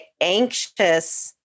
anxious